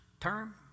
term